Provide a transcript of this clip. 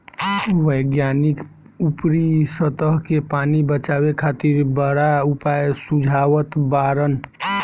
वैज्ञानिक ऊपरी सतह के पानी बचावे खातिर बड़ा उपाय सुझावत बाड़न